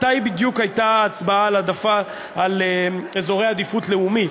מתי בדיוק הייתה ההצבעה על אזורי עדיפות לאומית?